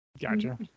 gotcha